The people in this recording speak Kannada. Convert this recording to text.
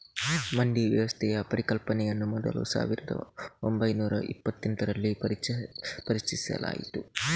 ಮಂಡಿ ವ್ಯವಸ್ಥೆಯ ಪರಿಕಲ್ಪನೆಯನ್ನು ಮೊದಲು ಸಾವಿರದ ಓಂಬೈನೂರ ಇಪ್ಪತ್ತೆಂಟರಲ್ಲಿ ಪರಿಚಯಿಸಲಾಯಿತು